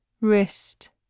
wrist